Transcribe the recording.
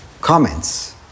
comments